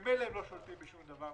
ממילא הם לא שולטים בשום דבר,